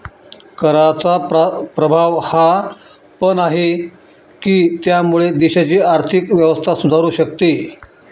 कराचा प्रभाव हा पण आहे, की त्यामुळे देशाची आर्थिक व्यवस्था सुधारू शकते